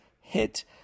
hit